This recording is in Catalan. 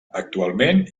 actualment